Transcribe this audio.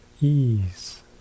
ease